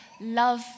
love